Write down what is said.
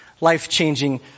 life-changing